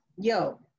yo